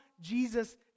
Jesus